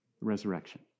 resurrection